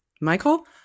Michael